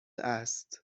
است